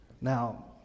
Now